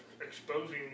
exposing